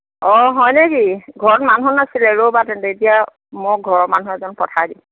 অঁ হয় নেকি ঘৰত মানুহ নাছিলে ৰ'বা তেন্তে এতিয়া মোৰ ঘৰৰ মানুহ এজন পঠাই দিম